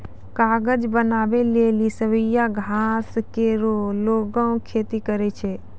कागज बनावै लेलि सवैया घास केरो लोगें खेती करै छै